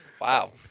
Wow